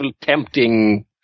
tempting